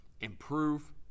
improve